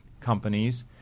companies